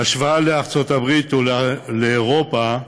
בהשוואה לארצות-הברית ולאירופה,